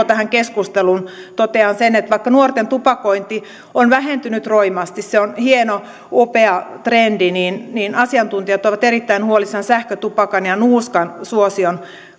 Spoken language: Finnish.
tähän keskusteluun liittyen totean sen että vaikka nuorten tupakointi on vähentynyt roimasti se on hieno upea trendi niin niin asiantuntijat ovat erittäin huolissaan sähkötupakan ja nuuskan suosion